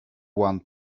one